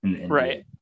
right